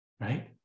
right